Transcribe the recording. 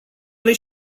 are